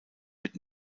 wird